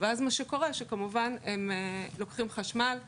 ואז מה שקורה, שכמובן הם לוקחים חשמל מהשכנים,